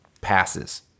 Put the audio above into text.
passes –